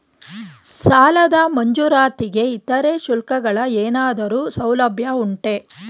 ಸಾಲದ ಮಂಜೂರಾತಿಗೆ ಇತರೆ ಶುಲ್ಕಗಳ ಏನಾದರೂ ಸೌಲಭ್ಯ ಉಂಟೆ?